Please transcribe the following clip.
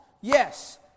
Yes